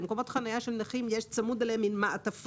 למקומות חניה של נכים צמודה מעין מעטפה,